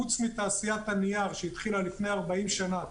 חוץ מתעשיית הנייר שהתחילה לפני 40 שנה,